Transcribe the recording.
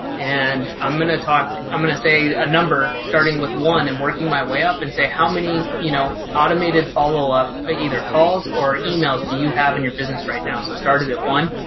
and i'm going to talk i'm going to say a number starting with one and working my way up and say how many, you know, automated follow up ah either calls or emails do you have in your business right now. so started at one.